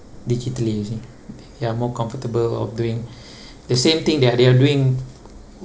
digitally you see ya more comfortable of doing the same thing they are they are doing